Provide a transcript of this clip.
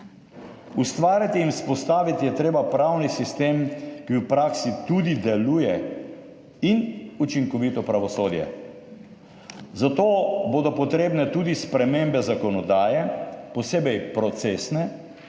Ustvariti in vzpostaviti je treba pravni sistem, ki v praksi tudi deluje, in učinkovito pravosodje. Za to bodo potrebne tudi spremembe zakonodaje, posebej procesne.